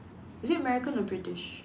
is it American or British